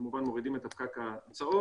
כמובן מורידים את הפקק הצהוב,